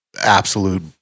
absolute